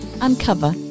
uncover